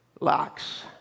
locks